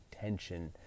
tension